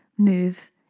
Move